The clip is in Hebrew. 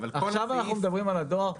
אנחנו מדברים על הדואר.